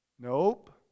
nope